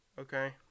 okay